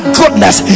goodness